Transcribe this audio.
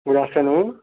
good after noon